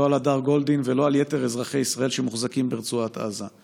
לא על הדר גולדין ולא על יתר אזרחי ישראל שמוחזקים ברצועת עזה.